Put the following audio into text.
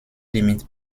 limite